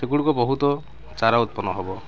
ସେଗୁଡ଼ିକ ବହୁତ ଚାରା ଉତ୍ପନ୍ନ ହେବ